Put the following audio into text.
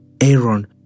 Aaron